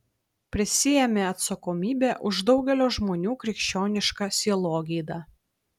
prisiėmė atsakomybę už daugelio žmonių krikščionišką sielogydą